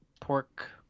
pork